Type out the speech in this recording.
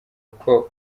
uko